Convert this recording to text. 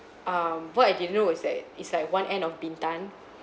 um what I didn't know was that it's at one end of bintan